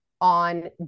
on